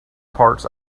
parts